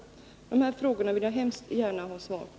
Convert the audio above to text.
Dessa frågor vill jag hemskt gärna ha svar på.